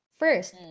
first